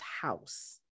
house